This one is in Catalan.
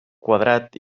quadrat